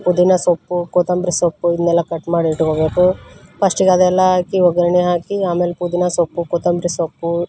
ಪುದೀನ ಸೊಪ್ಪು ಕೊತ್ತಂಬ್ರಿ ಸೊಪ್ಪು ಇದನ್ನೆಲ್ಲ ಕಟ್ ಮಾಡಿಟ್ಟುಕೋಬೇಕು ಫಸ್ಟ್ಗ್ ಅದೆಲ್ಲ ಹಾಕಿ ಒಗ್ಗರ್ಣೆ ಹಾಕಿ ಆಮೇಲೆ ಪುದೀನ ಸೊಪ್ಪು ಕೊತ್ತಂಬ್ರಿ ಸೊಪ್ಪು